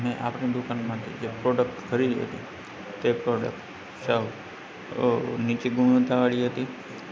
આપણે દુકાનમાંથી જે પ્રોડક્ટ ખરીદી હતી તે પ્રોડક્ટ સાવ નીચી ગુણવત્તાવાળી હતી